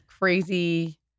crazy